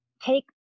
take